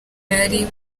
yari